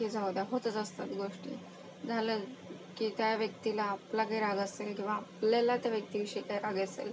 की जाऊ द्या होतंच असतात गोष्टी झालं की त्या व्यक्तीला आपला काही राग असेल किंवा आपल्याला त्या व्यक्तीविषयी काय राग असेल